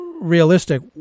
realistic